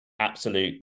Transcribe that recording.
absolute